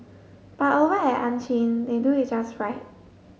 but over at Ann Chin they do it just right